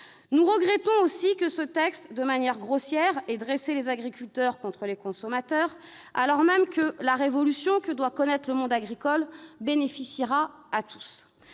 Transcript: Nous regrettons aussi que ce texte, de manière grossière, dresse les agriculteurs contre les consommateurs, alors même que la révolution que doit connaître le monde agricole profitera à tous.